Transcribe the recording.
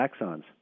axons